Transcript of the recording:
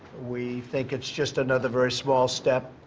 we think it's just another very small step